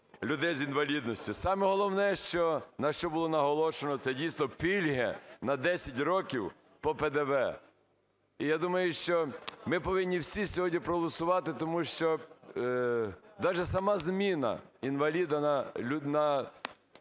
людей з інвалідністю. Саме головне, що, на що було наголошено, це дійсно пільги на 10 років по ПДВ. І я думаю, що ми повинні всі сьогодні проголосувати, тому що даже сама зміна "інваліда" на"